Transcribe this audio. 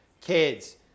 kids